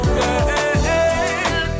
girl